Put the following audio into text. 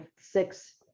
six